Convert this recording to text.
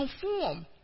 conform